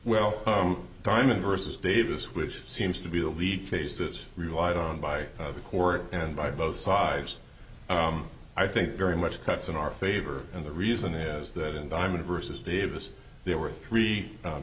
and versus davis which seems to be the lead cases relied on by the court and by both sides i think very much cuts in our favor and the reason is that environment versus davis there were three